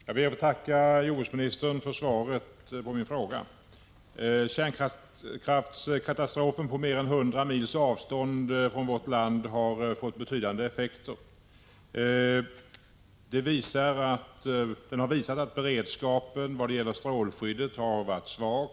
Fru talman! Jag ber att få tacka jordbruksministern för svaret på min fråga. Kärnkraftskatastrofen på mer än 100 mils avstånd från vårt land har fått betydande effekter. Den har visat att beredskapen vad gäller strålskyddet var mycket svag.